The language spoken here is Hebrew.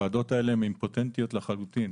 הוועדות האלה הן אימפוטנטיות לחלוטין.